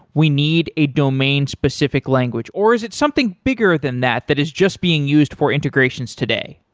we need a domain-specific language. or is it something bigger than that that is just being used for integrations today?